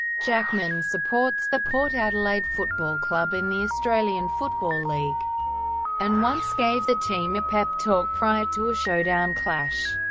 jackman supports the port adelaide football club in the australian football league and once gave the team a pep talk prior to a showdown clash.